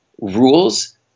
rules